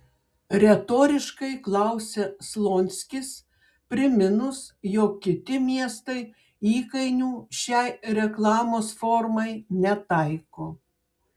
retoriškai klausia slonskis priminus jog kiti miestai įkainių šiai reklamos formai netaiko